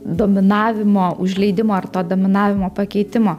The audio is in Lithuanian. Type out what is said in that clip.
dominavimo užleidimo ar to dominavimo pakeitimo